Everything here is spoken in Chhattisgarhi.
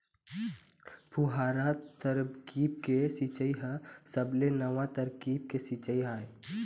फुहारा तरकीब के सिंचई ह सबले नवा तरकीब के सिंचई आय